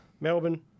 Melbourne